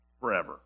forever